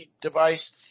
device